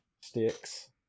sticks